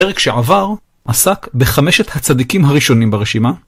הפרק שעבר עסק בחמשת הצדיקים הראשונים ברשימה,